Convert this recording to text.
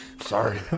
sorry